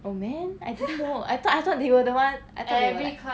oh man I didn't know I thought I thought they were the one they will like